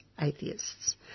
atheists